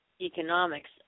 economics